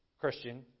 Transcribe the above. Christian